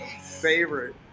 favorite